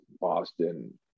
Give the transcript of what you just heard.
Boston